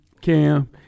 Cam